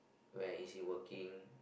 where is he working